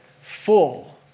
Full